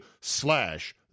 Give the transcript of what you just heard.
slash